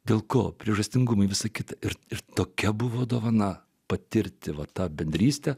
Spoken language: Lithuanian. dėl ko priežastingumai sakyti ir tokia buvo dovana patirti tą bendrystę